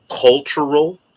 cultural